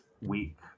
week